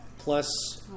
Plus